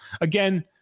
again